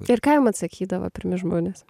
ir ką jum atsakydavo pirmi žmonės